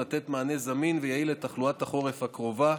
לתת מענה זמין ויעיל לתחלואת החורף הקרובה,